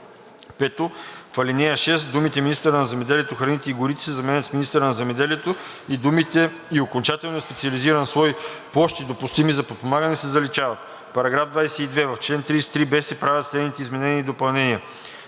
5. В ал. 6 думите „министъра на земеделието, храните и горите“ се заменят с „министъра на земеделието“ и думите „и окончателният специализиран слой „Площи, допустими за подпомагане“ се заличават. § 22. В чл. 33б се правят следните изменения и допълнения: